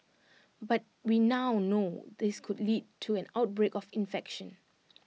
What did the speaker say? but we now know this could lead to an outbreak of infection